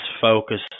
focus